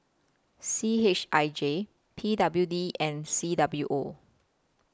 C H I J P W D and C W O